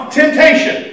temptation